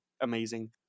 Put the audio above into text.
amazing